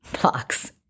blocks